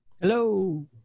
Hello